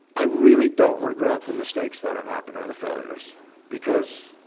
i really don't regret the mistakes that have happened or the failures because.